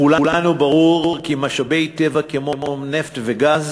לכולנו ברור כי משאבי טבע כמו נפט וגז